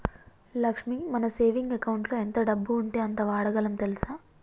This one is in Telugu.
లక్ష్మి మన సేవింగ్ అకౌంటులో ఎంత డబ్బు ఉంటే అంత వాడగలం తెల్సా